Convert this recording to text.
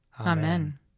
Amen